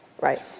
Right